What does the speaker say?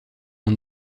ont